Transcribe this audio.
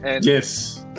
Yes